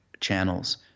channels